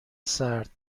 سرد